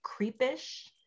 creepish